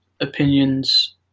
opinions